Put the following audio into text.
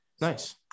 nice